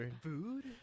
food